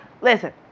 Listen